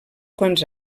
quants